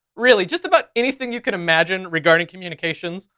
really just about anything you can imagine regarding communications,